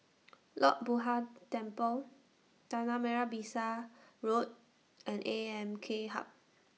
Lord Buddha Temple Tanah Merah Besar Road and A M K Hub